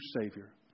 Savior